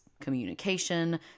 communication